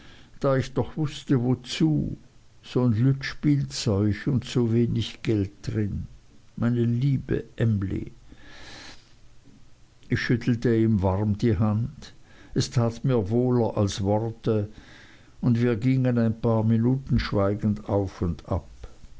da ich doch wußte wozu son lütt spielzeuch und so wenig geld drin meine liebe emly ich schüttelte ihm warm die hand es tat mir wohler als worte und wir gingen ein paar minuten schweigend auf und ab